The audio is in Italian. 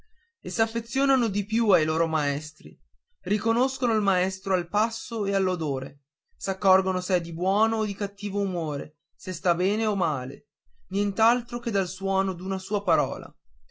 e s'affezionano di più ai loro maestri riconoscono il maestro al passo e all'odore s'accorgono se è di buono o cattivo umore se sta bene o male nient'altro che dal suono d'una sua parola